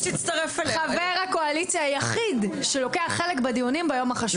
חבר הקואליציה היחיד שלוקח חלק בדיונים ביום החשוב הזה.